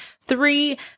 three